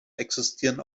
existieren